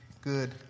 good